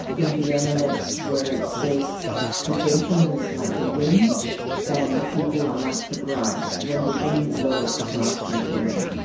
in the analects where it says the gentleman is like the wind and the people are like the grass. when the wind blows, the grass will bend.